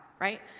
right